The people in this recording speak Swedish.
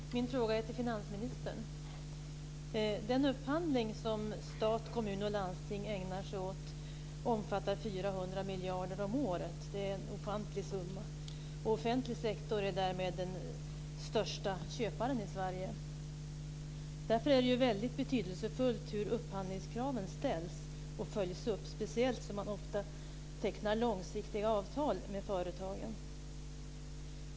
Fru talman! Min fråga riktar sig till finansministern. Den upphandling som stat, kommun och landsting ägnar sig åt omfattar 400 miljarder om året. Det är en ofantlig summa. Den offentliga sektorn är därmed den största köparen i Sverige. Därför är det ju väldigt betydelsefullt hur upphandlingskraven ställs och följs upp, speciellt som man ofta tecknar långsiktiga avtal med företagen.